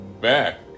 back